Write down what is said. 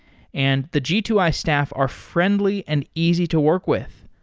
and the g two i staff are friendly and easy to work with.